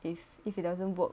if if it doesn't work